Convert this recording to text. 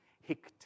hick